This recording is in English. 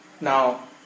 now